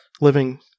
living